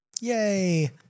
Yay